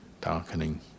darkening